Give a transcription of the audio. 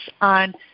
on